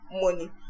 money